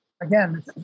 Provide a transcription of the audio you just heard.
again